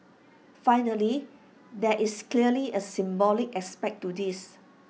finally there is clearly A symbolic aspect to this